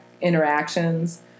interactions